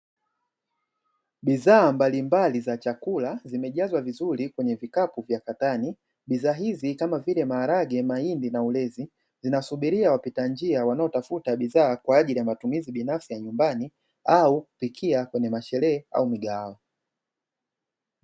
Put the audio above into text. Bidhaa mbalimbali za chakula zimejazwa vizuri kwenye vikapu vya katani bidhaa hizi kama vile maharage, mahindi na ulezi zinasubiria wapita njia wanaotafuta bidhaa kwa ajili ya matumizi binafsi ya nyumbani au kupikia kwenye masherehe au migahawa.